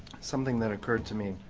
something that occurred to me,